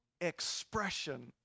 expression